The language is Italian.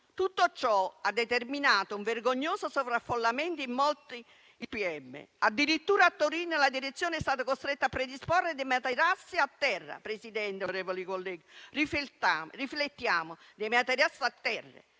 Tutto ciò ha determinato un vergognoso sovraffollamento in molti IPM: addirittura a Torino la direzione è stata costretta a predisporre dei materassi a terra. Signor Presidente, onorevoli colleghi, riflettiamo su questo: dei materassi a terra.